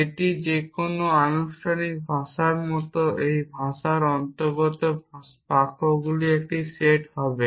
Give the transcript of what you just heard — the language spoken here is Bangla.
যেটি যে কোনও আনুষ্ঠানিক ভাষার মতো এই ভাষার অন্তর্গত বাক্যগুলির একটি সেট হবে